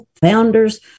founders